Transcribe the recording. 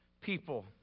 People